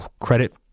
credit